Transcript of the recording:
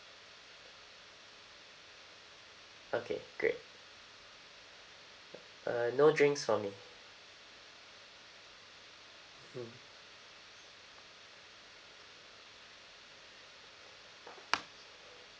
okay great uh no drinks for me mm